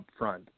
upfront